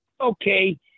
Okay